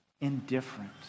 indifferent